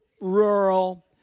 rural